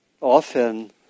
often